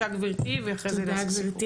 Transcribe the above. בבקשה גבירתי ואחרי זה נעשה סיכום.